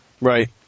Right